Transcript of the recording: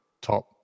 top